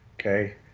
Okay